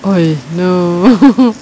oh no oh